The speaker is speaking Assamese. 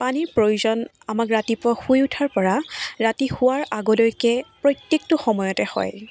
পানীৰ প্ৰয়োজন আমাক ৰাতিপুৱা শুই উঠাৰ পৰা ৰাতি শোৱাৰ আগলৈকে প্ৰত্যেকটো সময়তে হয়